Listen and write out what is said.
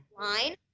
line